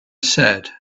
said